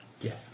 Yes